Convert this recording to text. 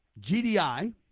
GDI